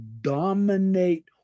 dominate